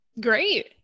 Great